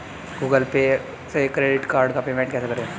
Google पर से credit card का पेमेंट कैसे करें?